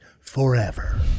Forever